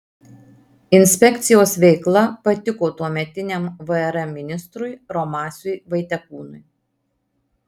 inspekcijos veikla patiko tuometiniam vrm ministrui romasiui vaitekūnui